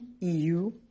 EU